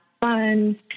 fun